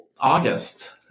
August